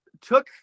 took